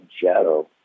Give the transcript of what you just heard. shadow